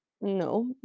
No